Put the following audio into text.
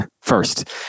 first